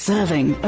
Serving